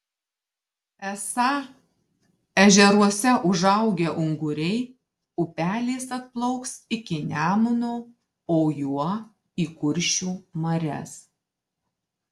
esą ežeruose užaugę unguriai upeliais atplauks iki nemuno o juo į kuršių marias